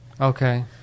Okay